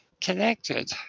connected